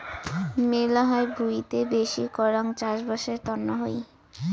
মেলহাই ভুঁইতে বেশি করাং চাষবাসের তন্ন হই